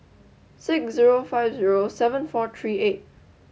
six zero five zero seven four three eight